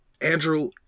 Andrew